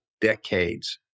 decades